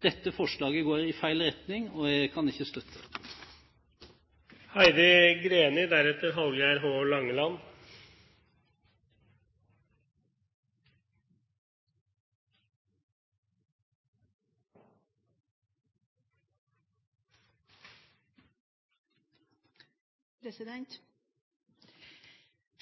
Dette forslaget går i feil retning, og jeg kan ikke støtte det.